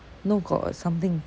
no got uh something